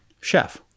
Chef